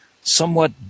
somewhat